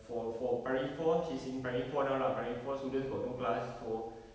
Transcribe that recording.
for for primary four she's in primary four now lah primary four students got no class so